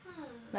hmm